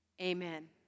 amen